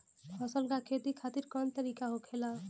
फसल का खेती खातिर कवन तरीका होखेला?